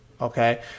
okay